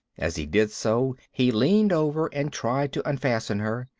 as he did so, he leaned over and tried to unfasten her.